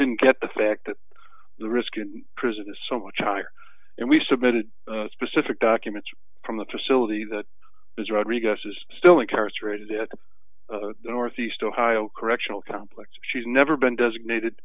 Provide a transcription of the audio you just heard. didn't get the fact that the risk in prison is so much higher and we submitted specific documents from the facility that is rodriguez's still incarcerated at northeast ohio correctional complex she's never been designated